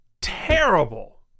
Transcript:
terrible